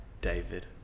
David